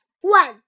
One